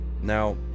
Now